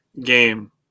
game